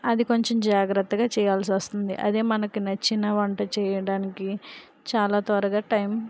అది కొంచం జాగ్రత్తగా చేయాల్సి వస్తుంది అదే మనకి నచ్చిన వంట చేయడానికి చాలా త్వరగా టైమ్